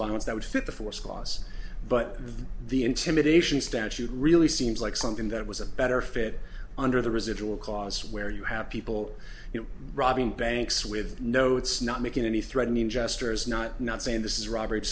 violence that would fit the force clause but the intimidation statute really seems like something that was a better fit under the residual clause where you have people you know robbing banks with no it's not making any threatening gestures not not saying this is robert